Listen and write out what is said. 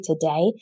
today